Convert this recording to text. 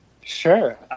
sure